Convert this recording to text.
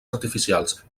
artificials